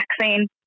vaccine